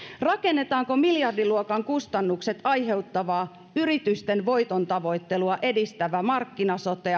rakennetaanko miljardiluokan kustannukset aiheuttava yritysten voitontavoittelua edistävä markkina sote